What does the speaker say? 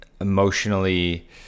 emotionally